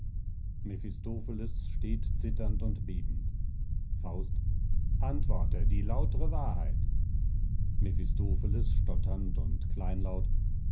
mephistopheles steht zitternd und bebend faust antworte die lautre wahrheit mephistopheles stotternd und kleinlaut